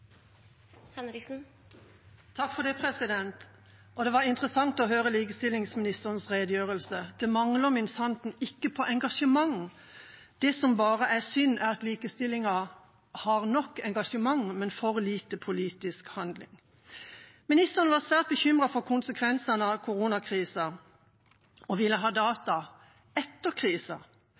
Det var interessant å høre likestillingsministerens redegjørelse. Det mangler min santen ikke på engasjement. Det som bare er synd, er at likestillingen har nok engasjement, men for lite politisk handling. Ministeren var svært bekymret for konsekvensene av koronakrisa og ville ha data etter krisa.